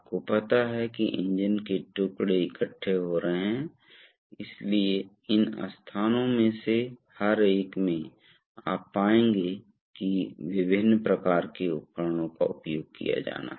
तो क्या होता है कि यहाँ दबाव आमतौर पर स्थिर अवस्था में होता है यह यहाँ दबाव के समान है इसलिए इस पूल पर इस पूल पर शुद्ध बल शून्य है